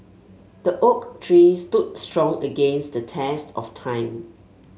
the oak tree stood strong against the test of time